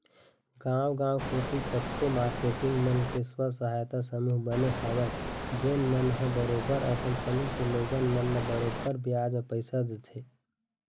गाँव गाँव कोती कतको मारकेटिंग मन के स्व सहायता समूह बने हवय जेन मन ह बरोबर अपन समूह के लोगन मन ल बरोबर बियाज म पइसा देथे